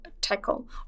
tackle